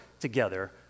together